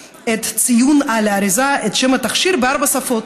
ציון על האריזה של שם התכשיר בארבע שפות,